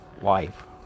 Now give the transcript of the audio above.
life